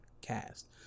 cast